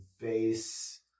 base